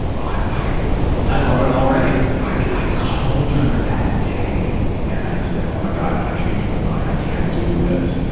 i i love it already. i i called her that day and i said, oh, my god, i change my mind, i can't do this,